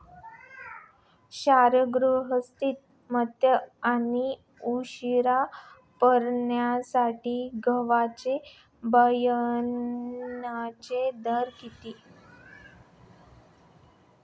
क्षारग्रस्त माती आणि उशिरा पेरणीसाठी गव्हाच्या बियाण्यांचा दर किती?